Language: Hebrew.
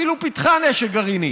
אפילו פיתחה נשק גרעיני.